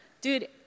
dude